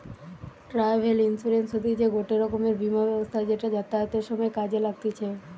travel insurance হতিছে গটে রকমের বীমা ব্যবস্থা যেটা যাতায়াতের সময় কাজে লাগতিছে